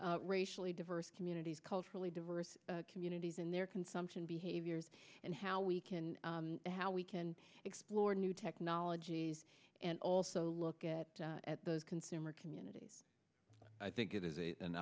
racially diverse communities culturally diverse communities and their consumption behaviors and how we can how we can explore new technologies and also look at those consumer communities i think it is a